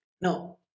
No